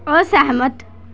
ਅਸਹਿਮਤ